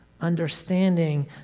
understanding